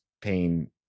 pain